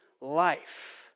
life